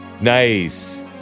Nice